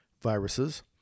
viruses